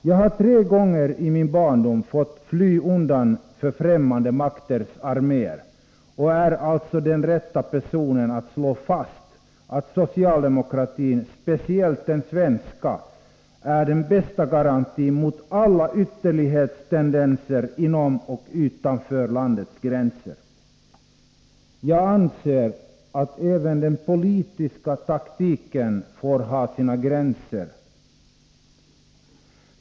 Jag har tre gånger i min barndom fått fly undan för främmande makters arméer och är alltså den rätta personen att slå fast att speciellt den svenska socialdemokratin är den bästa garantin mot alla ytterlighetstendenser inom och utanför landets gränser. Jag anser att även den politiska taktiken får ha sina gränser.